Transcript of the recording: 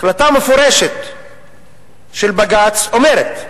החלטה מפורשת של בג"ץ אומרת: